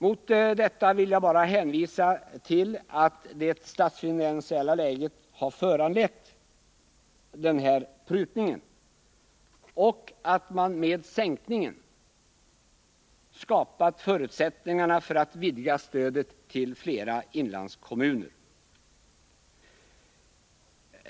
Mot detta vill jag bara hänvisa till att det statsfinansiella läget har föranlett prutningen och att man med sänkningen skapat förutsättningarna för att vidga stödet till flera inlandskommuner.